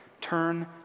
Turn